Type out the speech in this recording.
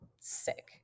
sick